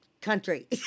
country